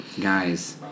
guys